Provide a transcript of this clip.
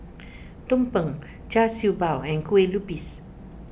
Tumpeng Char Siew Bao and Kueh Lupis